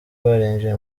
barinjiye